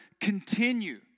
continue